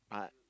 ah